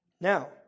Now